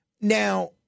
Now